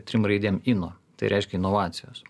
trim raidėm ino tai reiškia inovacijos